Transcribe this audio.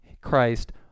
Christ